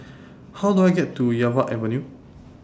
How Do I get to Yarwood Avenue